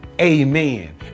amen